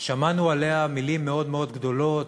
שמענו עליה מילים מאוד מאוד גדולות,